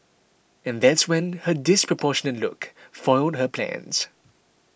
and that's when her disproportionate look foiled her plans